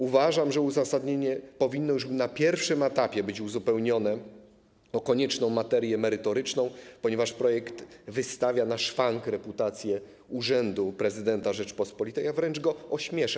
Uważam, że uzasadnienie już na pierwszym etapie powinno być uzupełnione o konieczną materię merytoryczną, ponieważ projekt wystawia na szwank reputację urzędu prezydenta Rzeczypospolitej, a wręcz go ośmiesza.